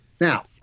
Now